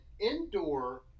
indoor